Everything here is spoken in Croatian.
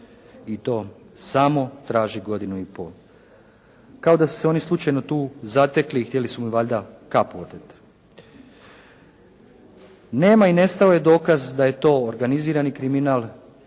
i to samo traži godinu i pol. Kao da su se oni slučajno tu zatekli i htjeli su mu valjda kapu oteti! Nema i nestao je dokaz da je to organizirani kriminal